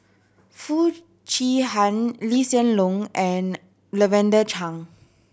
Foo Chee Han Lee Hsien Loong and Lavender Chang